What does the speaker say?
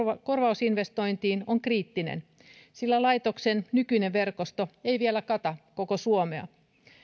korvausinvestointiin on kriittinen sillä laitoksen nykyinen verkosto ei vielä kata koko suomea